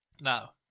Now